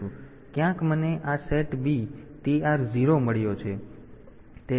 તો ક્યાંક મને આ SETB TR0 મળ્યો છે